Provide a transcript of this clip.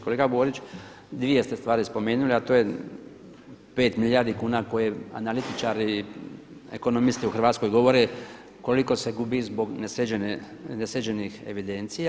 Kolega Borić, dvije ste stvari spomenuli, a to je 5 milijardi kuna koje analitičari, ekonomisti u Hrvatskoj govore koliko se gubi zbog nesređenih evidencija.